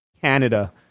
Canada